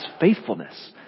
faithfulness